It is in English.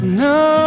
No